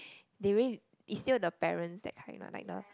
they really it's still the parents that kind what like the